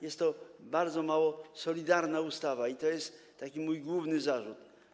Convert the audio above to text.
Jest to bardzo mało solidarna ustawa i to jest mój główny zarzut.